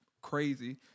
crazy